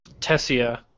Tessia